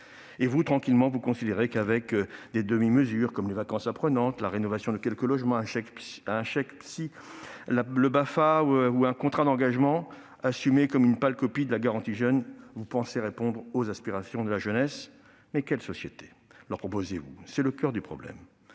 Et vous, tranquillement, vous considérez qu'avec des demi-mesures comme les vacances apprenantes, la rénovation de quelques logements, un chèque psy, le BAFA ou un contrat d'engagement, assumé comme une pâle copie de la garantie jeunes, vous répondez aux aspirations de la jeunesse. Mais quelle société leur proposez-vous ? C'est le coeur du problème